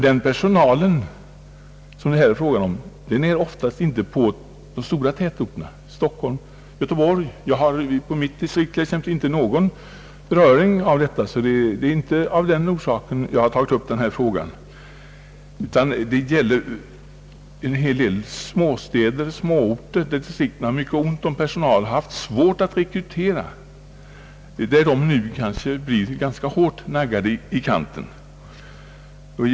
Den personal som det här är fråga om arbetar oftast inte i de stora tätorterna, Stockholm och Göteborg m.fl. Jag t.ex. på mitt distrikt berörs inte av detta — det är inte därför jag har tagit upp frågan. Det gäller en hel del småstäder och andra småorter, där distrikten har ont om personal och haft svårt att rekrytera ordinarie personal. Det är de, som blir hårt naggade i kanten.